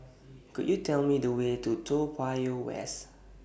Could YOU Tell Me The Way to Toa Payoh West